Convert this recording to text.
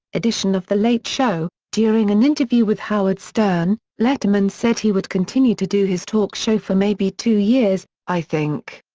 edition of the late show, during an interview with howard stern, letterman said he would continue to do his talk show for maybe two years, i think.